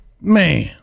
Man